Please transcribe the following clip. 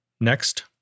Next